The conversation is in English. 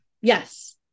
yes